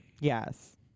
Yes